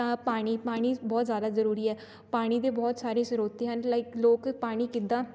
ਤਾਂ ਪਾਣੀ ਪਾਣੀ ਬਹੁਤ ਜ਼ਿਆਦਾ ਜ਼ਰੂਰੀ ਹੈ ਪਾਣੀ ਦੇ ਬਹੁਤ ਸਾਰੇ ਸਰੋਤ ਹਨ ਲਾਈਕ ਲੋਕ ਪਾਣੀ ਕਿੱਦਾਂ